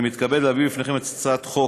אני מתכבד להביא בפניכם את הצעת חוק